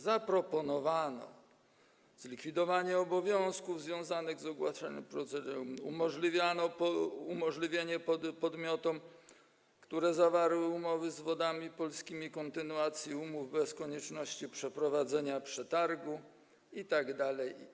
Zaproponowano zlikwidowanie obowiązków związanych z ogłaszaną procedurą, umożliwienie podmiotom, które zawarły umowy z Wodami Polskimi, kontynuacji umów bez konieczności przeprowadzenia przetargu itd.